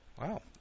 Wow